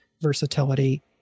versatility